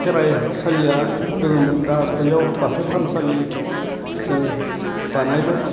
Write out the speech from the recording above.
खेराइ सालिया दङमोन दा बेयाव बाथौ थानसालि जों बानायबाय